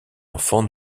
enfant